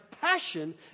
passion